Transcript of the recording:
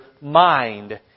mind